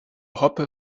hoppe